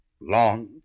long